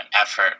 effort